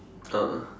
ah